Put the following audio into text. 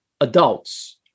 adults